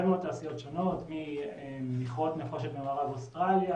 מאוד תעשיות שונות ממכרות נחושת במערב אוסטרליה,